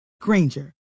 Granger